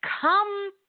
come